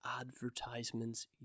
advertisements